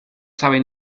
sabe